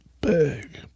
big